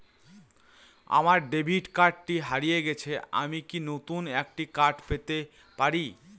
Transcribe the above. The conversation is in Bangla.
আমার ডেবিট কার্ডটি হারিয়ে গেছে আমি কি নতুন একটি কার্ড পেতে পারি?